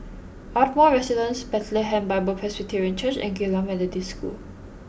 Ardmore Residence Bethlehem Bible Presbyterian Church and Geylang Methodist School